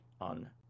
on